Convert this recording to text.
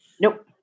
Nope